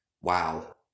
Wow